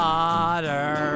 Water